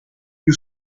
più